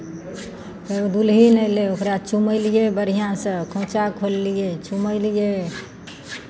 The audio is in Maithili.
फेरो दुलहिन अयलै ओकरा चुमयलियै बढ़िआँसँ खोइँचा खोललियै चुमयलियै